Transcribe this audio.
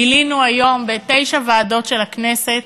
גילינו היום בתשע ועדות של הכנסת,